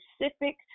specific